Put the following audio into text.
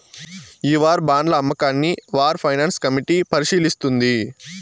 ఈ వార్ బాండ్ల అమ్మకాన్ని వార్ ఫైనాన్స్ కమిటీ పరిశీలిస్తుంది